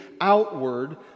outward